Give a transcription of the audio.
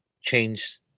change